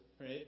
right